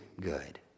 good